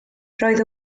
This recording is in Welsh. roedd